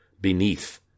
beneath